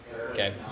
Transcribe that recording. Okay